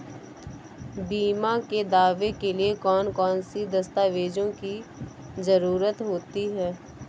बीमा के दावे के लिए कौन कौन सी दस्तावेजों की जरूरत होती है?